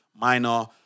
minor